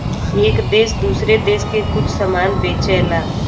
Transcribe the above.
एक देस दूसरे देस के कुछ समान बेचला